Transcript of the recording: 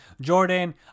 Jordan